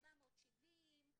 470,